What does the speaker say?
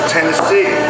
Tennessee